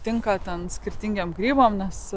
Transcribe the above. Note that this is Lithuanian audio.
tinka ten skirtingiems grybams nes